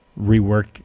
rework